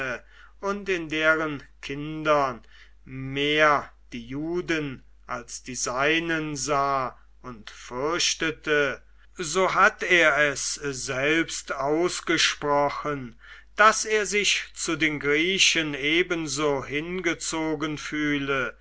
und in deren kindern mehr die juden als die seinen sah und fürchtete so hat er es selbst ausgesprochen daß er sich zu den griechen ebenso hingezogen fühle